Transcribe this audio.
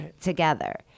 together